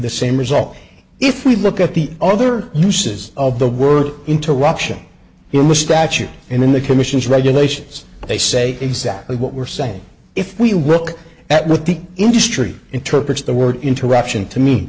the same result if we look at the other uses of the word interruption here list that you in the commission's regulations they say exactly what we're saying if we work at what the industry interprets the word interruption to me